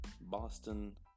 Boston